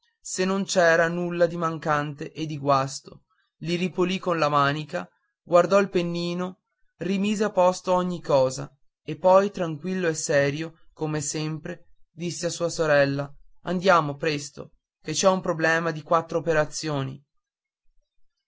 se non c'era nulla di mancante o di guasto li ripulì con la manica guardò il pennino rimise a posto ogni cosa e poi tranquillo e serio come sempre disse a sua sorella andiamo presto che ci ho un problema di quattro operazioni